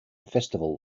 festival